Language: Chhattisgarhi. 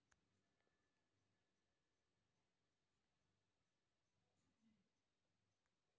किसान मन सरलग अपन फसिल कर संकेला जतन में बड़िहा लगे रहथें